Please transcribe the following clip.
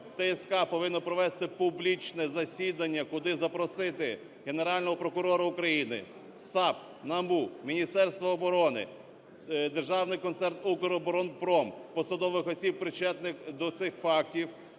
ТСК повинна провести публічне засідання, куди запросити Генерального прокурора України, САП, НАБУ, Міністерство оборони, Державний концерн "Укроборонпром", посадових осіб, причетних до цих фактів.